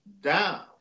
down